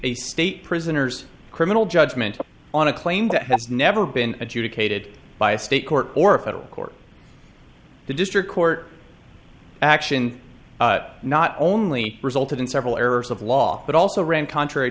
a state prisoner's criminal judgment on a claim that has never been adjudicated by a state court or a federal court the district court action not only resulted in several errors of law but also ran contrary